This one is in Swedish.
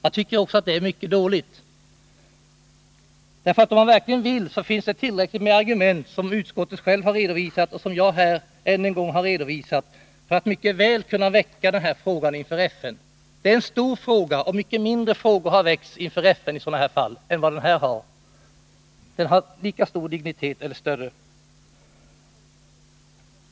Jag tycker att utskottets bedömning i det avseendet är mycket dålig. Om man verkligen vill, finns det tillräckligt med argument — de som utskottet självt har redovisat och de som jag här än en gång har redovisat — som mycket väl motiverar att man väcker den här frågan inför FN. Detta är en stor fråga. Mycket mindre frågor i liknande fall har väckts inför FN, och i jämförelse med dem har denna lika stor eller större dignitet.